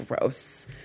Gross